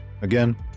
Again